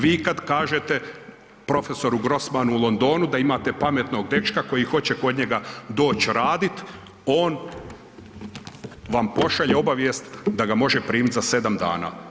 Vi kad kažete prof. Grossmanu u Londonu da imate pametnog dečka koji hoće kod njega doći raditi, on vam pošalje obavijest da ga može primiti za 7 dana.